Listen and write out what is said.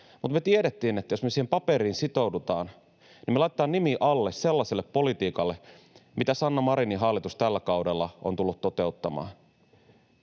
Mutta me tiedettiin, että jos me siihen paperiin sitoudutaan, niin me laitetaan nimi alle sellaiselle politiikalle, mitä Sanna Marinin hallitus tällä kaudella on tullut toteuttamaan,